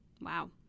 Wow